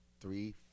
three